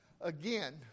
again